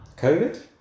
Covid